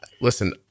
listen